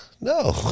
no